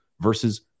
versus